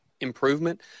improvement